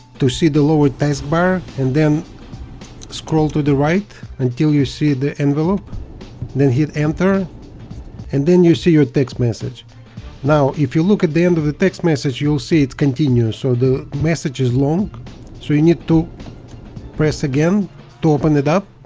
to see the lower task bar and then scroll to the right until you see the envelope then hit enter and then you see your text message now if you look at the end text message you'll see it continuous so the message is long so you need to press again to open it up